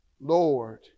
Lord